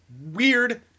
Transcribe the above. weird